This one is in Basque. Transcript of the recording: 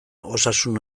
osasun